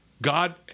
God